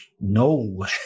no